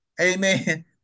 Amen